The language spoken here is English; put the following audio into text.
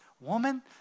woman